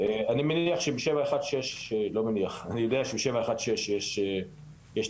אני יודע שבשבע אחד שש יש תקציבים,